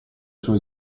sua